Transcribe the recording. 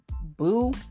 Boo